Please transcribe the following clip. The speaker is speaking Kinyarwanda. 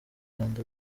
rwanda